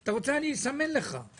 אם אתה רוצה, אני אסמן לך.